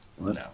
no